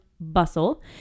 bustle